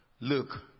Look